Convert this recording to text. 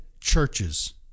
churches